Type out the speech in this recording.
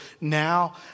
now